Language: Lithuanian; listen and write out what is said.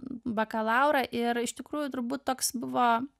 bakalaurą ir iš tikrųjų turbūt toks buvo